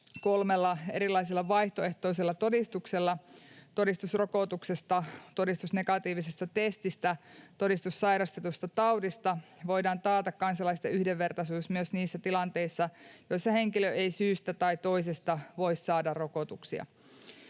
kolmella erilaisella vaihtoehtoisella todistuksella — todistus rokotuksesta, todistus negatiivisesta testistä, todistus sairastetusta taudista — voidaan taata kansalaisten yhdenvertaisuus myös niissä tilanteissa, joissa henkilö ei syystä tai toisesta voi saada rokotuksia.